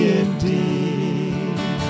indeed